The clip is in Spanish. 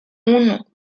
uno